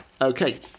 okay